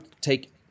take